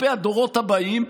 כלפי הדורות הבאים,